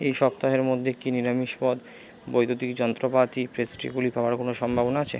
এই সপ্তাহের মধ্যে কি নিরামিষ পদ বৈদ্যুতিক যন্ত্রপাতি পেস্ট্রিগুলি পাওয়ার কোনও সম্ভাবনা আছে